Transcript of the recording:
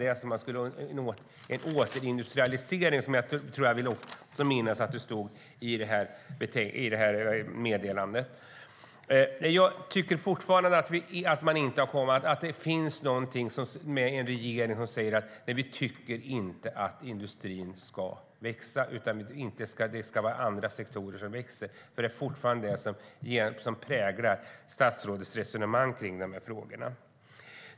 En återindustrialisering vill jag minnas att det stod om i meddelandet. Jag tycker fortfarande att regeringen säger: Nej, vi tycker inte att industrin ska växa, utan det ska vara andra sektorer som växer. Det är fortfarande det resonemanget som präglar statsrådets resonemang kring de här frågorna.